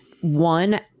one